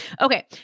Okay